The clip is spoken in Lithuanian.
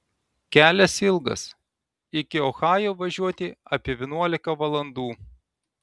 kelias ilgas iki ohajo važiuoti apie vienuolika valandų